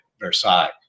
Versailles